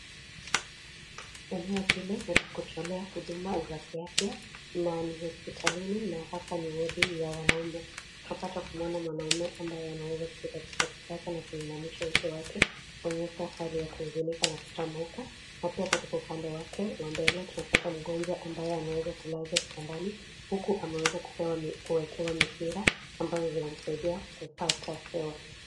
Eneo hili ni la kutolea huduma za kiafya, na ni hosipitalini na hapa ni wodi ya wanaume. Tunapata kumwona mwanaume ambaye anaweza kushika kitovu chake na kuinamisha uso wake, kuonyesha hali ya kuhuzunika na kutamauka, na pia katika upande wake wa mbele, tunapata mgonjwa ambaye ameweza kulazwa kitandani huku ameweza kuwekewa mipira ambazo zinamsaidia kupata hewa.